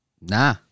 Nah